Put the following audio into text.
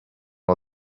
all